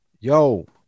yo